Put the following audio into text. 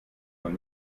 von